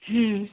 हं